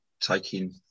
taking